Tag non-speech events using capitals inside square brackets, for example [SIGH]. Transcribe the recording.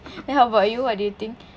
[BREATH] then how about you what do you think